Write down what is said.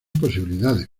posibilidades